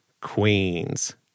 Queens